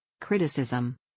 Criticism